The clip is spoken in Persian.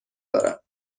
دارد